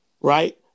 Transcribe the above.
right